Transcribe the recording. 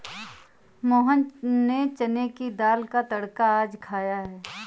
मोहन ने चने की दाल का तड़का आज खाया था